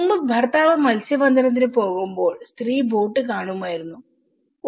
മുമ്പ് ഭർത്താവ് മത്സ്യബന്ധനത്തിന് പോകുമ്പോൾ സ്ത്രീ ബോട്ട് കാണുമായിരുന്നു ഓ